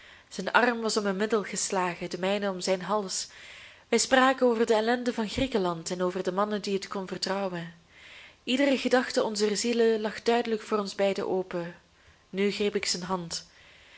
zijn arm was om mijn middel geslagen de mijne om zijn hals wij spraken over de ellende van griekenland en over de mannen die het kon vertrouwen iedere gedachte onzer zielen lag duidelijk voor ons beiden open nu greep ik zijn hand